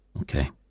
Okay